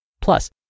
Plus